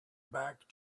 back